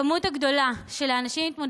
המספר הגדול של האנשים,